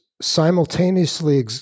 simultaneously